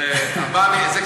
זה 4 מיליארד.